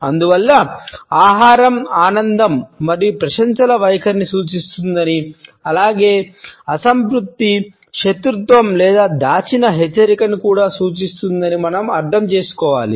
అందువల్ల ఆహారం ఆనందం మరియు ప్రశంసల వైఖరిని సూచిస్తుందని అలాగే అసంతృప్తి శత్రుత్వం లేదా దాచిన హెచ్చరికను కూడా సూచిస్తుందని మనం అర్థం చేసుకోవాలి